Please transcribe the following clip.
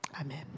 Amen